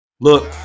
Look